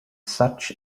such